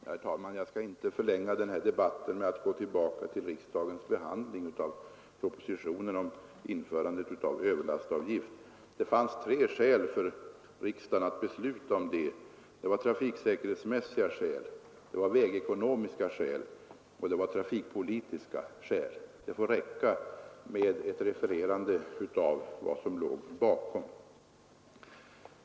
Herr talman! Jag skall inte förlänga denna debatt med att gå tillbaka till riksdagens behandling av propositionen om införande av överlastavgift. Det fanns tre skäl för riksdagen att besluta om denna: trafiksäkerhetsmässiga, vägekonomiska och trafikpolitiska. Det får räcka med ett refererande av vad som låg bakom.